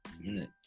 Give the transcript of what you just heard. minute